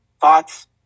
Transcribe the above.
thoughts